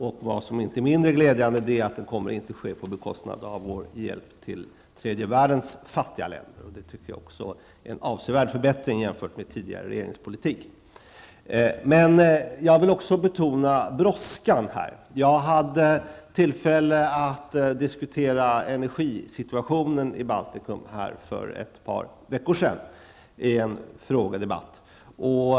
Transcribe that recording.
Och vad som inte är mindre glädjande är att det inte kommer att ske på bekostnad av vår hjälp till tredje världens fattiga länder, vilket jag också tycker är en avsevärd förbättring jämfört med den tidigare regeringens politik. Jag vill också betona brådskan. Jag hade tillfälle att diskutera energisituationen i Baltikum för ett par veckor sedan i en frågedebatt här i kammaren.